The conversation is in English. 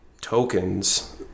tokens